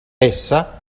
essa